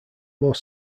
more